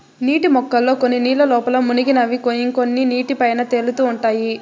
నీటి మొక్కల్లో కొన్ని నీళ్ళ లోపల మునిగినవి ఇంకొన్ని నీటి పైన తేలుతా ఉంటాయి